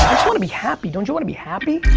wanna be happy, don't you wanna be happy?